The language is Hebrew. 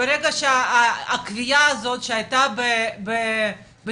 ברגע שהקביעה הזאת שהייתה בנישואין,